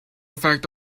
effect